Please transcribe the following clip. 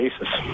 basis